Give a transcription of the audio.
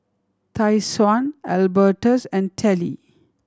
Tyshawn Albertus and Tallie